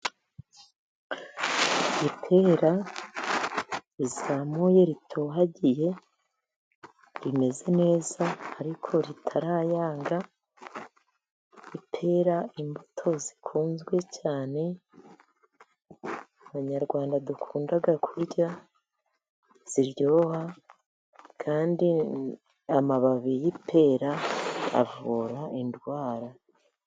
Ipera rizamuye ,ritohagiye rimeze neza ,ariko ritarayanga rikera imbuto zikunzwe cyane ,abanyarwanda dukunda kurya ziryoha kandi amababi y'ipera avura indwara.